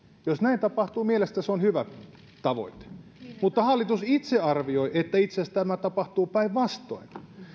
jos näin tapahtuu mielestäni se on hyvä tavoite mutta hallitus itse arvioi että itse asiassa tapahtuu päinvastoin